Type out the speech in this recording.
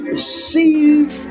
Receive